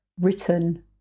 written